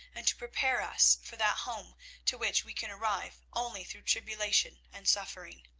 and to prepare us for that home to which we can arrive only through tribulation and suffering.